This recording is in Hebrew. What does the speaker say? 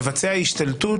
מבצע השתלטות,